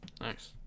Nice